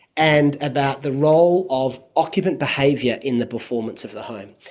and about the role of occupant behaviour in the performance of the home.